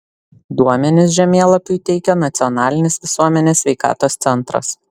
duomenis žemėlapiui teikia nacionalinis visuomenės sveikatos centras